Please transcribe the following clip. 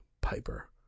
Piper